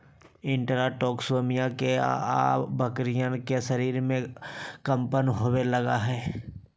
enterotoxaemia के अआरण बकरियन के शरीरवा में कम्पन होवे लगा हई